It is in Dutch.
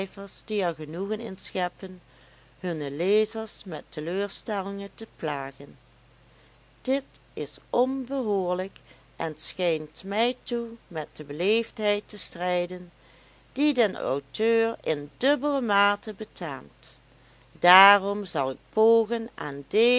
die er genoegen in scheppen hunne lezers met teleurstellingen te plagen dit is onbehoorlijk en schijnt mij toe met de beleefdheid te strijden die den auteur in dubbele mate betaamt daarom zal ik pogen aan